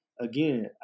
again